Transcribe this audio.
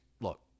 look